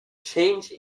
change